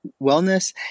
wellness